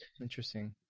interesting